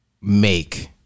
make